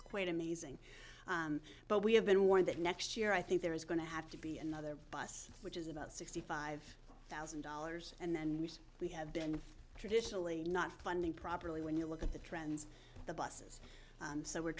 quite amazing but we have been warned that next year i think there is going to have to be another bus which is about sixty five thousand dollars and then we see we have been traditionally not funding properly when you look at the trends the buses and so we're